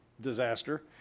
disaster